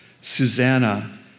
Susanna